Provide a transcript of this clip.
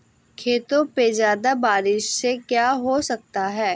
खेतों पे ज्यादा बारिश से क्या हो सकता है?